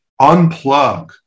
unplug